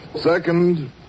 Second